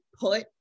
put